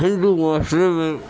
ہندو معاشرے میں